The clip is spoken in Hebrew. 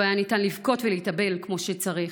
לא היה ניתן לבכות ולהתאבל כמו שצריך.